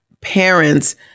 Parents